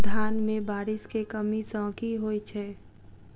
धान मे बारिश केँ कमी सँ की होइ छै?